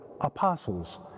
apostles